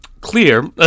clear